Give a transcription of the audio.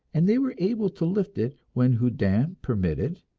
and they were able to lift it when houdin permitted,